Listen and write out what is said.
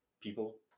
people